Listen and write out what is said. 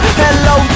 hello